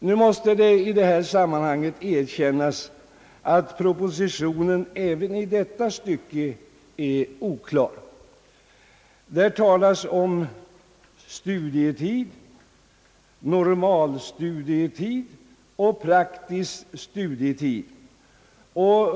Nu måste i detta sammanhang erkännas att propositionen även i detta stycke är oklar. Där talas om studietid, normalstudietid och praktisk studietid.